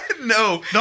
No